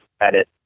edit